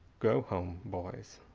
go home, boys,